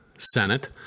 Senate